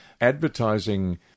Advertising